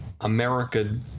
America